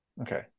Okay